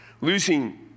losing